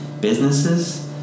businesses